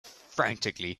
frantically